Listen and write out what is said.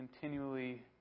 continually